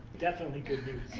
definitely good news.